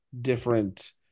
different